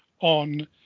on